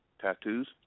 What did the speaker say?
tattoos